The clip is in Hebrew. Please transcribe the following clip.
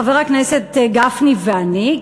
חברי הכנסת גפני ואני,